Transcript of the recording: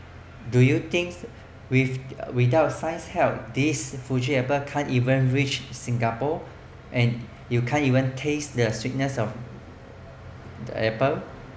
do you think with without science help this fuji apple can't even reach singapore and you can't even taste the sweetness of the apple